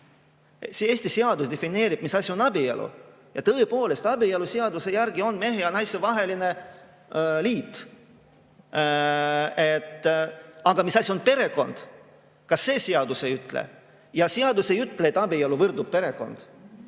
Eesti seadus defineerib, mis asi on abielu, ja tõepoolest, seaduse järgi abielu on mehe ja naise vaheline liit. Aga mis asi on perekond, seda seadus ei ütle, ja seadus ei ütle, et abielu võrdub perekond.